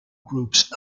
groups